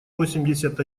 восемьдесят